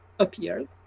appeared